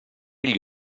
gli